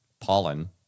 pollen